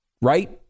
right